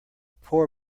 poor